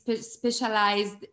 specialized